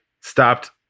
stopped